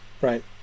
right